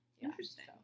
Interesting